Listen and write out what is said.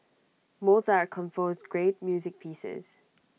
Mozart composed great music pieces